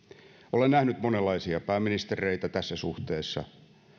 olen nähnyt monenlaisia pääministereitä tässä suhteessa